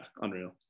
unreal